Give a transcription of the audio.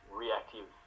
reactive